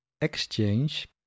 Exchange